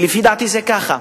ולפי דעתי זה ככה.